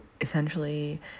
essentially